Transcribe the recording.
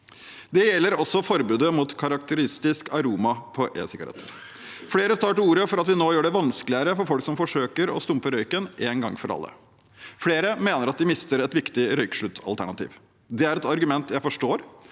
Det gjelder også forbudet mot karakteristisk aroma på e-sigaretter. Flere tar til orde for at vi nå gjør det vanskeligere for folk som forsøker å stumpe røyken én gang for alle. Flere mener at de mister et viktig røykesluttalternativ. Det er et argument jeg forstår